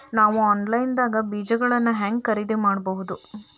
ನಾವು ಆನ್ಲೈನ್ ದಾಗ ಬೇಜಗೊಳ್ನ ಹ್ಯಾಂಗ್ ಖರೇದಿ ಮಾಡಬಹುದು?